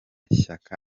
shyaka